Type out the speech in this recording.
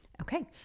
Okay